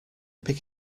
pick